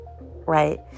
right